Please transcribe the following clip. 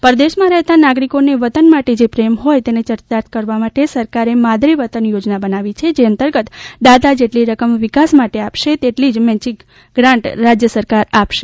પરદેશમાં રહેતા નાગરિકોને વતન માટે જે પ્રેમ હોય તેને ચરિતાર્થ કરવા માટે સરકારે માદરે વતન યોજના બનાવી છે જે અંતર્ગત દાતા જેટલી રકમ વિકાસ કામ માટે આપશે એટલી જ મેચીંગ ગ્રાન્ટ રાજ્ય સરકાર આપશે